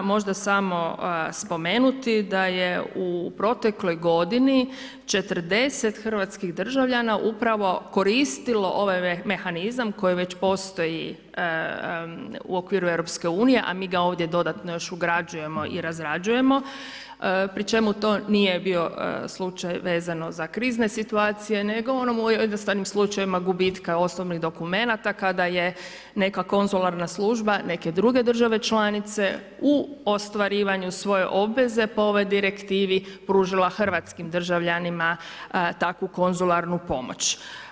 Možda samo spomenuti da je u protekloj godini 40 hrvatskih državljana upravo koristilo ovaj mehanizam koji već postoji u okviru EU, a mi ga ovdje dodatno još ugrađujemo i razrađujemo, pri čemu to nije bio slučaj vezano za krizne situacije, nego ono u jednostavnim slučajevima gubitka osobnih dokumenata, kada je neka konzularna služba neke druge države članice u ostvarivanju svoje obveze po ovoj direktivi pružila hrvatskim državljanima takvu konzularnu pomoć.